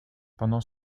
pendant